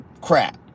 crap